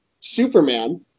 Superman